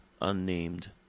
unnamed